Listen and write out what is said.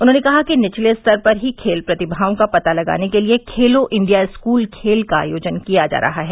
उन्होंने कहा कि निवले स्तर पर ही खेल प्रतिमाओं का पता लगाने के लिए खेलो इंडिया स्कूल खेल का आयोजन किया जा रहा है